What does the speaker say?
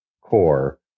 core